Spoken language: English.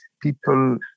people